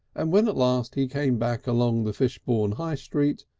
and when at last he came back along the fishbourne high street,